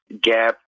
gap